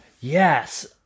Yes